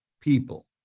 people